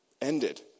ended